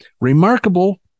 remarkable